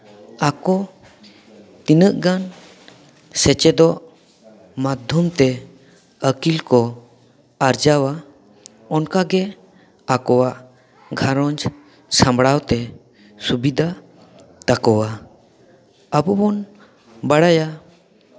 ᱟᱠᱚ ᱛᱤᱱᱟᱹᱜ ᱜᱟᱱ ᱥᱮᱪᱮᱫᱚᱜ ᱢᱟᱫᱽᱫᱷᱚᱢ ᱛᱮ ᱟᱹᱠᱤᱞ ᱠᱚ ᱟᱨᱡᱟᱣᱟ ᱚᱱᱠᱟᱜᱮ ᱟᱠᱚᱣᱟᱜ ᱜᱷᱟᱨᱚᱸᱡᱽ ᱥᱟᱢᱲᱟᱣ ᱛᱮ ᱥᱩᱵᱤᱫᱷᱟ ᱛᱟᱠᱚᱣᱟ ᱟᱵᱚ ᱵᱚᱱ ᱵᱟᱲᱟᱭᱟ